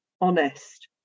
honest